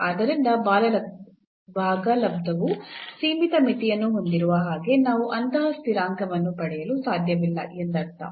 ಆದ್ದರಿಂದ ಭಾಗಲಬ್ಧವು ಸೀಮಿತ ಮಿತಿಯನ್ನು ಹೊಂದಿರುವ ಹಾಗೆ ನಾವು ಅಂತಹ ಸ್ಥಿರಾಂಕವನ್ನು ಪಡೆಯಲು ಸಾಧ್ಯವಿಲ್ಲ ಎಂದರ್ಥ